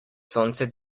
sonce